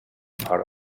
part